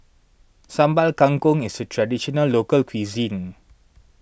Sambal Kangkong is a Traditional Local Cuisine